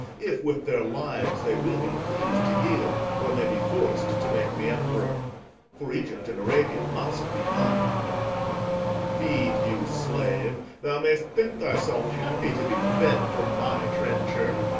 if with their lives they will be pleas'd to yield, or may be forc'd to make me emperor for egypt and arabia must be mine feed, you slave thou mayst think thyself happy to be fed from my trencher.